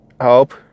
help